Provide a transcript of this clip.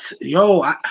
Yo